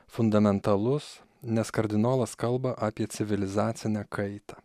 fundamentalus nes kardinolas kalba apie civilizacinę kaitą